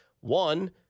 One